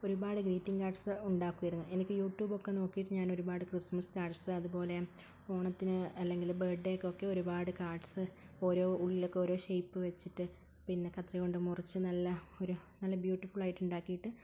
ഒരുപാട് greeting cards ഉണ്ടാക്കുമായിരുന്നു എനിക്ക് യൂട്യൂബ്യൊക്കെ നോക്കിയിട്ടു ഞാൻ ഒരുപാട് ക്രിസ്സ്മസ് കാർഡ്സ് അതുപോലെ ഓണത്തിന് അല്ലെങ്കിൽ ബെർത്ഡേക്കൊക്കെ ഒരുപാട് കാർഡ്സ് ഓരോ ഉള്ളിലൊക്കെ ഓരോ ഷേപ്പ് വച്ചിട്ട് പിന്നെ കത്രിക കൊണ്ട് മുറിച്ച് നല്ല ഒരു നല്ല ബ്യൂട്ടിഫുള്ളായിട്ട് ഉണ്ടാക്കിയിട്ട്